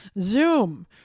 Zoom